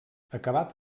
acabat